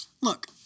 Look